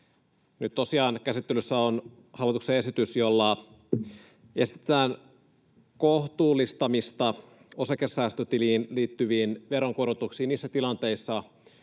Nyt tosiaan käsittelyssä on hallituksen esitys, jolla esitetään kohtuullistamista osakesäästötiliin liittyviin veronkorotuksiin niissä tilanteissa,